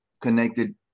connected